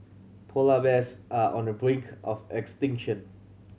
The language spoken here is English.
polar bears are on the brink of extinction